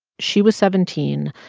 she was seventeen,